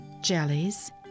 jellies